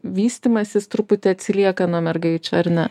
vystymasis truputį atsilieka nuo mergaičių ar ne